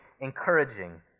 encouraging